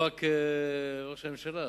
לא רק ראש הממשלה,